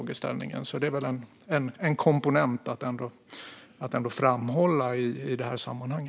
Det är ändå en komponent att framhålla i detta sammanhang.